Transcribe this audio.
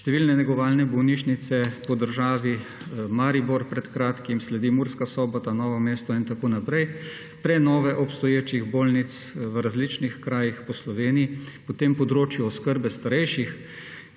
številne negovalne bolnišnice po državi, Maribor pred kratkim, sledi Murska Sobota, Novo mesto in tako naprej, prenove obstoječih bolnic v različnih krajih po Sloveniji, potem področju oskrbe starejših,